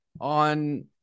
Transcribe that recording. on